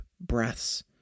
breaths